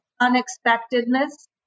unexpectedness